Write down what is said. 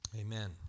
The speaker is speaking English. Amen